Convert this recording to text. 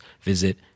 visit